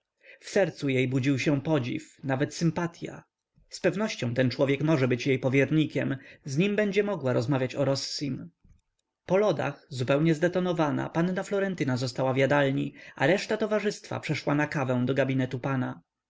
w sercu jej budził się podziw nawet sympatya z pewnością ten człowiek może być jej powiernikiem z nim będzie mogła rozmawiać o rossim po lodach zupełnie zdetonowana panna florentyna została w jadalni a reszta towarzystwa przeszła na kawę do gabinetu pana